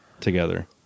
together